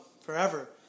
forever